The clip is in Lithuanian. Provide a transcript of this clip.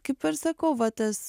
kaip ir sakau va tas